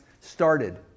started